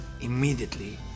immediately